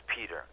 peter